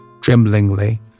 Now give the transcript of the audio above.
Tremblingly